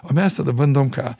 o mes tada bandom ką